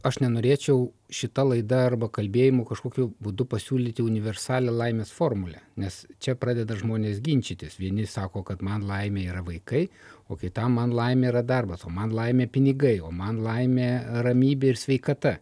aš nenorėčiau šita laida arba kalbėjimu kažkokiu būdu pasiūlyti universalią laimės formulę nes čia pradeda žmonės ginčytis vieni sako kad man laimė yra vaikai o kitam man laimė yra darbas o man laimė pinigai o man laimė ramybė ir sveikata